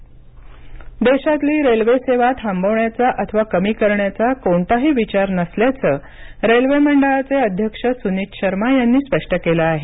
railway देशातली रेल्वेसेवा थांबवण्याचा अथवा कमी करण्याचा कोणताही विचार नसल्याचं रेल्वे मंडळाचे अध्यक्ष सुनीत शर्मा यांनी स्पष्ट केलं आहे